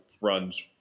runs